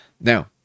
Now